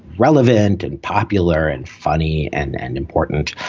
relevant and popular and funny and and important.